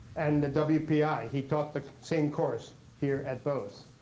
and and the wpi. he taught the same course here at bose.